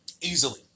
Easily